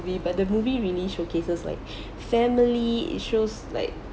movie but the movie really showcases like family issues like